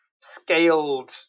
scaled